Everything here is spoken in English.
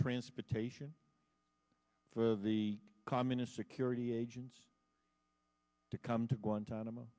transportation for the communist security agents to come to guantanamo